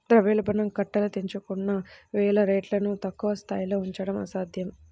ద్రవ్యోల్బణం కట్టలు తెంచుకుంటున్న వేళ రేట్లను తక్కువ స్థాయిలో ఉంచడం అసాధ్యం